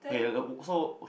okay so